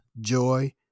joy